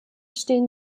stehen